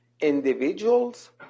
individuals